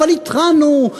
אבל התרענו,